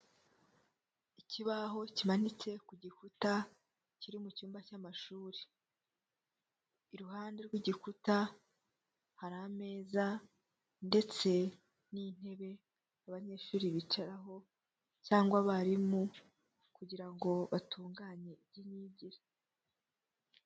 Ikibaho kimanitse ku gikuta kiri mu cyumba cy'amashuri, iruhande rw'igikuta hari ameza ndetse n'intebe abanyeshuri bicaraho cyangwa abarimu kugira ngo batunganye iby'imyigire.